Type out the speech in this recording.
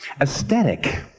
Aesthetic